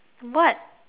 what